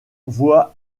voient